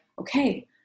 Okay